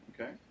okay